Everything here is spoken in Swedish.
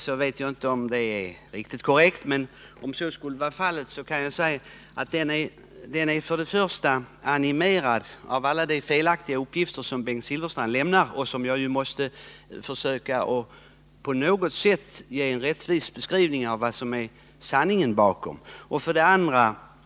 Jag vet inte om det är riktigt korrekt, men om så skulle vara fallet kan jag säga att mitt ”heta” engagemang för det första animerats av alla de felaktiga uppgifter som Bengt Silfverstrand lämnat — jag måste försöka på något sätt göra en rättvis beskrivning av de faktiska förhållandena.